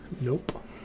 Nope